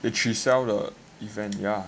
they 取消的 event yeah